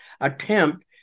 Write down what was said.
attempt